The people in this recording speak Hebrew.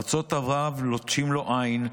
/ ארצות ערב לוטשות לו עין,